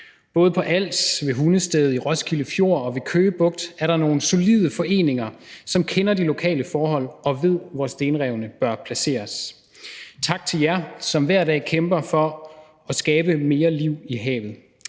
Både på Als, ved Hundested, i Roskilde Fjord og ved Køge Bugt er der nogle solide foreninger, som kender de lokale forhold og ved, hvor stenrevene bør placeres. Tak til jer, som hver dag kæmper for at skabe mere liv i havet,